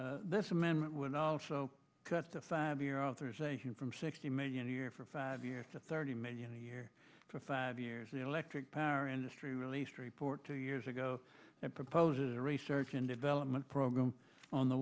and this amendment would also cut the five year authorization from sixty million a year for five years to thirty million a year for five years the electric power industry released report two years ago that proposes a research and development program on the